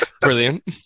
Brilliant